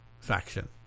faction